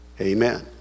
Amen